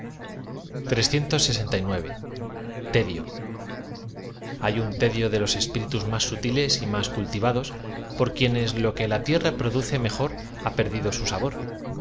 tedio hay an tedio de los espíritus máa sutiles y más cui tirados por quienes lo que la tierra produce m ejor ha perdido su sabor